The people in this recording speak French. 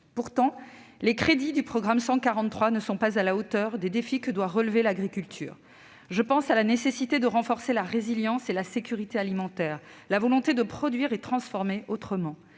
technique agricole », ne sont pas à la hauteur des défis que doit relever l'agriculture. Je pense à la nécessité de renforcer la résilience et la sécurité alimentaire, à la volonté de produire et transformer autrement.